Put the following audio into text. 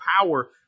power